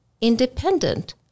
independent